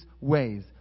ways